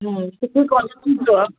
हा सुठी क्वालिटी जो आहे